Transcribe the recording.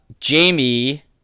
Jamie